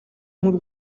nk’u